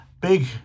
big